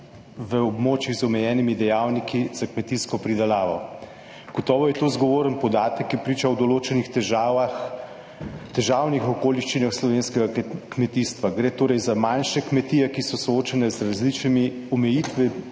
v območjih z omejenimi dejavniki za kmetijsko pridelavo. Gotovo je to zgovoren podatek, ki priča o določenih težavnih okoliščinah slovenskega kmetijstva. Gre torej za manjše kmetije, ki so soočene z različnimi omejitvami,